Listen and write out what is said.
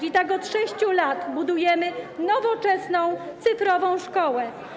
I tak od 6 lat budujemy nowoczesną, cyfrową szkołę.